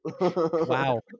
Wow